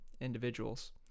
individuals